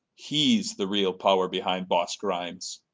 he's the real power behind boss grimes.